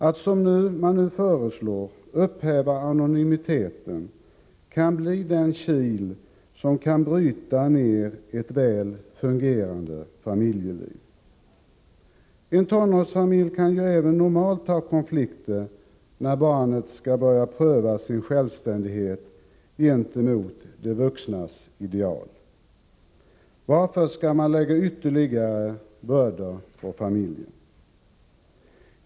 Att, som man nu föreslår, upphäva anonymiteten kan bli den kil som kan bryta ner ett väl fungerande familjeliv. En tonårsfamilj kan ju även normalt ha konflikter, när barnet skall börja pröva sin självständighet gentemot de vuxnas ideal. Varför skall man lägga ytterligare bördor på familjen?